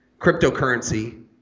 cryptocurrency